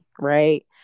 Right